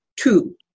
Two